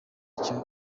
icyo